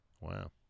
Wow